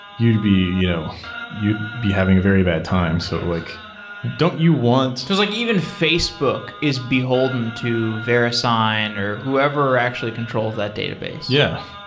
you'd be you know you'd be having a very bad time. so like don't you want because like even facebook is beholden to verisign, or whoever actually controls that database yeah.